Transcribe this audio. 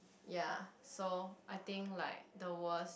ya so I think like the worst